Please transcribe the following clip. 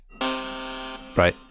right